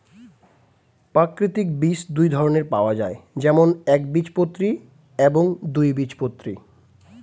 প্রাকৃতিক বীজ দুই ধরনের পাওয়া যায়, যেমন একবীজপত্রী এবং দুই বীজপত্রী